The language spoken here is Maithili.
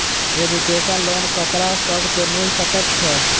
एजुकेशन लोन ककरा सब केँ मिल सकैत छै?